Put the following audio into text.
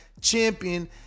champion